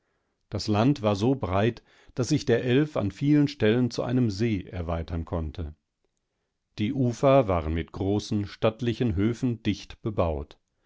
die abhänge warenmitweißstämmigenbirkenundmitpappelnbewachsen dastalwarso breit daß sich der elf an vielen stellen zu einem see erweitern konnte die ufer waren mit großen stattlichen höfen dicht bebaut